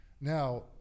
now